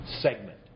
segment